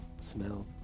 smell